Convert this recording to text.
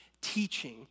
teaching